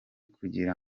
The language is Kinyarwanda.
kugira